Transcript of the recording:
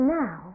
now